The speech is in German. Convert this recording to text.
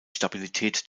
stabilität